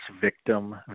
victim